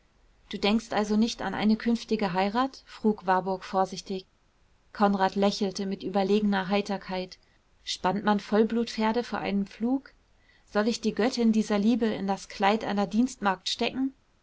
du denkst also nicht an eine künftige heirat frug warburg vorsichtig konrad lächelte mit überlegener heiterkeit spannt man vollblutpferde vor einen pflug soll ich die göttin dieser liebe in das kleid einer dienstmagd stecken